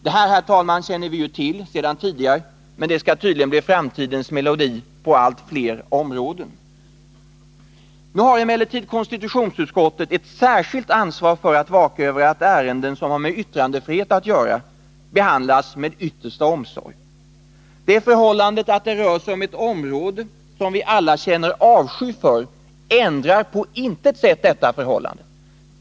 Detta, herr talman, känner vi väl till sedan tidigare, men det skall tydligen bli framtidens melodi på allt fler områden. Nu har emellertid konstitutionsutskottet ett särskilt ansvar för att vaka över att ärenden som har med yttrandefrihet att göra behandlas med yttersta omsorg. Det förhållandet att det rör sig om en verksamhet som vi alla känner avsky för ändrar på intet sätt detta förhållande.